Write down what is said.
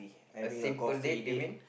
a simple date you mean